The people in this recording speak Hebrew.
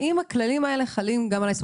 האם הכללים האלה חלים גם עליי?